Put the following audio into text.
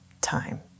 time